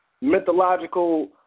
mythological